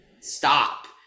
stop